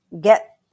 get